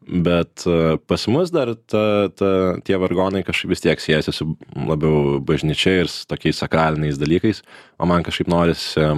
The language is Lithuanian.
bet pas mus dar ta ta tie vargonai kažkaip vis tiek siejasi su labiau bažnyčia ir su tokiais sakraliniais dalykais o man kažkaip norisi